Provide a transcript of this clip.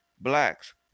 Blacks